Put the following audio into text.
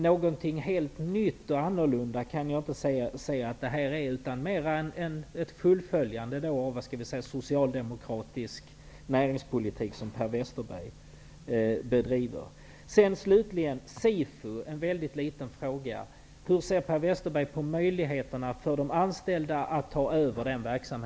Någonting helt nytt och annorlunda kan jag inte se att detta är. Det är snarare ett fullföljande av en socialdemokratisk näringspolitik som Per Westerberg bedriver. Till slut en liten fråga: Hur ser näringsministern på de anställdas möjlighet att ta över SIFU?